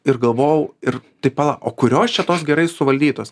ir galvojau ir tai pala o kurios čia tos gerai suvaldytos